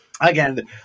Again